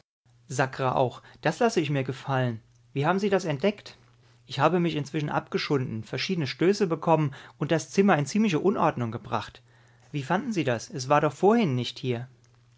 sakra auch das lasse ich mir gefallen wie haben sie das entdeckt ich habe mich inzwischen abgeschunden verschiedene stöße bekommen und das zimmer in ziemliche unordnung gebracht wie fanden sie das es war doch vorhin nicht hier